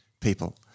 people